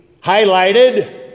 highlighted